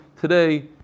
today